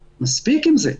מספיק עם זה.